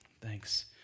Thanks